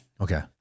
Okay